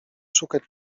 szukać